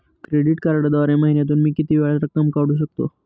Credit कार्डद्वारे महिन्यातून मी किती वेळा रक्कम काढू शकतो?